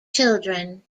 children